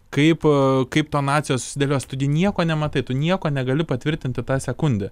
kaip aa kaip tonacijos susidelios tu gi nieko nematai tu nieko negali patvirtinti tą sekundę